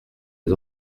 les